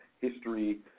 history